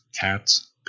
cats